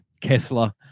Kessler